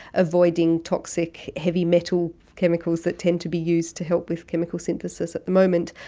avoiding toxic heavy metal chemicals that tend to be used to help with chemical synthesis at the moment.